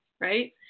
Right